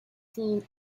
seen